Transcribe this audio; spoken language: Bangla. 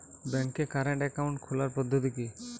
ব্যাংকে কারেন্ট অ্যাকাউন্ট খোলার পদ্ধতি কি?